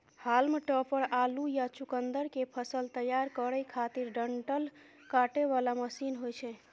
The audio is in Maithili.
हाल्म टॉपर आलू या चुकुंदर के फसल तैयार करै खातिर डंठल काटे बला मशीन होइ छै